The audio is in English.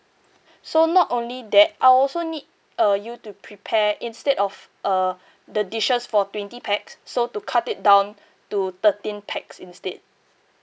so not only that I'll also need uh you to prepare instead of uh the dishes for twenty pax so to cut it down to thirteen pax instead